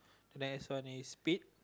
the next one is speed